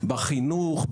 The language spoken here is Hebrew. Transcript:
בחינוך,